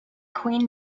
queen